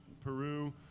Peru